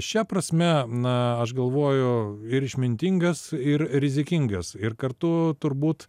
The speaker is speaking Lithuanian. šia prasme na aš galvoju ir išmintingas ir rizikingas ir kartu turbūt